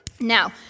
Now